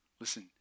Listen